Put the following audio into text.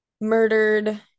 murdered